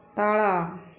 ତଳ